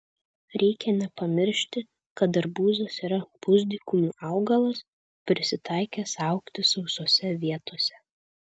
reikia nepamiršti kad arbūzas yra pusdykumių augalas prisitaikęs augti sausose vietose